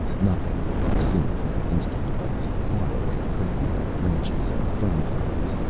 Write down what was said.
nothing could be seen for an instant but the far-away curtain of branches and fern fronds.